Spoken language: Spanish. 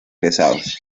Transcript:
pesados